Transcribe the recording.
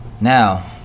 Now